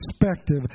perspective